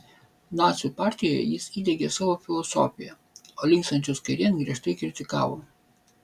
nacių partijoje jis įdiegė savo filosofiją o linkstančius kairėn griežtai kritikavo